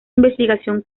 investigación